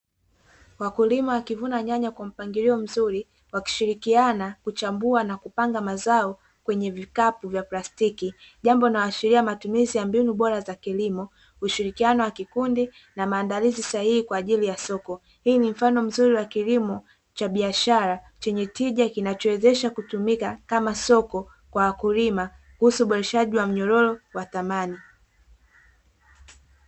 Wakulima wakivuna nyanya kwa mpangilio mzuri, wakishirikiana kuchambua na kupanga mazao kwenye vikapu vya plastiki, jambo linaloashiria matumizi ya mbinu bora za kilimo, ushirikiano wa kikundi, na maandalizi sahihi kwa ajili ya soko hii ni mfano mzuri wa kilimo cha biashara, chenye tija kinachowezesha kutumika kama soko, kwa wakulima kuhusu uboreshaji wa mnyororo wa thamani.